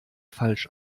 falsch